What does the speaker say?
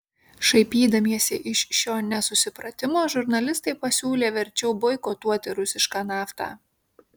šaipydamiesi iš šio nesusipratimo žurnalistai pasiūlė verčiau boikotuoti rusišką naftą